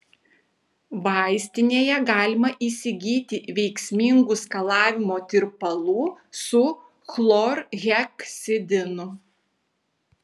vaistinėje galima įsigyti veiksmingų skalavimo tirpalų su chlorheksidinu